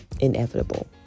inevitable